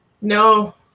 No